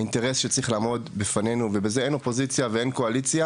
האינטרס שצריך לעמוד בפנינו ובזה אין אופוזיציה ואין קואליציה